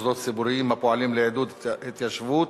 (מוסדות ציבוריים הפועלים לעידוד התיישבות),